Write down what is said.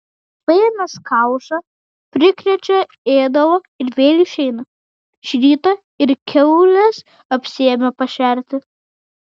paėmęs kaušą prikrečia ėdalo ir vėl išeina šį rytą ir kiaules apsiėmė pašerti